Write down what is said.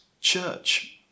church